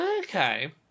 Okay